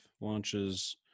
launches